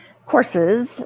courses